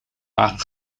wagen